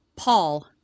Paul